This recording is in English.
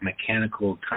mechanical